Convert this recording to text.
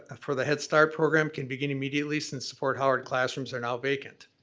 ah for the headstart program can begin immediately since the fort howard classrooms are now vacant.